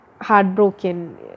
heartbroken